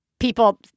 people